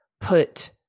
put